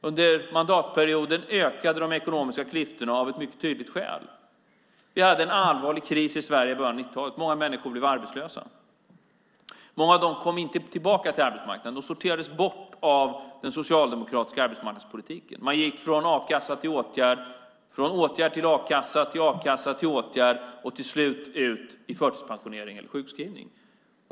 Under mandatperioden ökade de ekonomiska klyftorna av ett mycket tydligt skäl. Vi hade en allvarlig kris i Sverige i början av 90-talet, och många människor blev arbetslösa. Många av dem kom inte tillbaka till arbetsmarknaden - de sorterades bort av den socialdemokratiska arbetsmarknadspolitiken. Man gick från a-kassa till åtgärd, från åtgärd till a-kassa, från a-kassa till åtgärd och till slut ut i förtidspensionering eller sjukskrivning.